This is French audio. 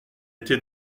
été